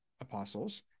apostles